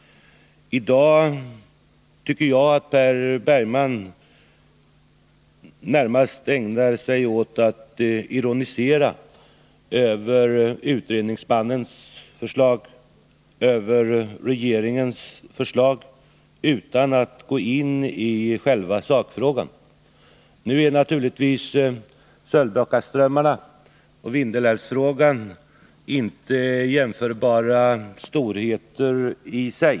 I dag tycker jag att Per Bergman närmast ägnar sig åt att ironisera över utredningsmannens förslag och över regeringens förslag, utan att gå in i själva sakfrågan. Nu är frågan om en utbyggnad av Sölvbackaströmmarna och Vindelälvsfrågan inte i sig jämförbara storheter.